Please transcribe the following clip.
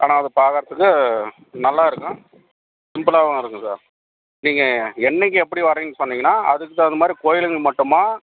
ஆனால் அது பார்க்கறத்துக்கு நல்லாயிருக்கும் சிம்பிளாகவும் இருக்கும் சார் நீங்கள் என்றைக்கி எப்படி வரீங்கன்னு சொன்னிங்கன்னால் அதுக்கு தகுந்த மாதிரி கோயிலுக்கு மட்டுமா